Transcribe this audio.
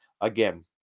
again